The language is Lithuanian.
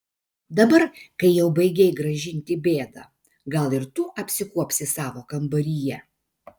dabar kai jau baigei gražinti bėdą gal ir tu apsikuopsi savo kambaryje